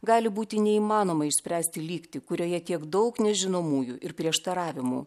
gali būti neįmanoma išspręsti lygtį kurioje tiek daug nežinomųjų ir prieštaravimų